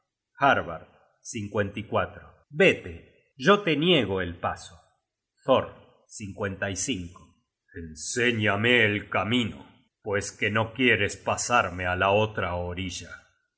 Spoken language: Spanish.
padre de magne harbard vete yo te niego el paso thor enséñame el camino pues que no quieres pasarme á la otra orilla